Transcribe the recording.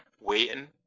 waiting